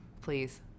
please